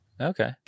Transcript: Okay